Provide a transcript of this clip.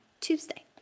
tuesday